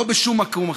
לא בשום מקום אחר.